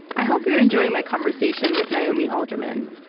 i hope you're enjoying my conversation with naomi alderman.